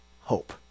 hope